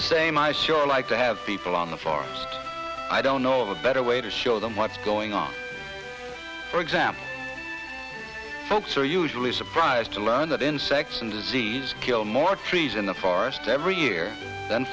the same i sure like to have people on the farm i don't know of a better way to show them what's going on for example folks are usually surprised to learn that insects and disease kill more trees in the forest every year then